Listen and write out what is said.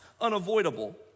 unavoidable